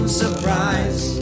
surprise